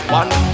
one